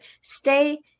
stay